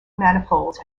manifolds